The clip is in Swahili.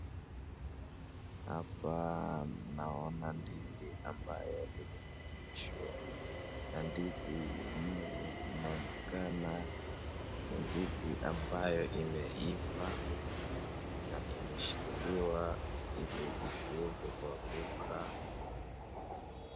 Hapa naona ndizi ambayo imesimamishwa na ndizi yenyewe inaonekana ni ndizi ambayo imeiva na imeshikiliwa ili isiweze kuanguka.